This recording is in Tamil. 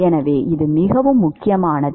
எனவே இது மிகவும் முக்கியமானது